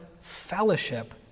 fellowship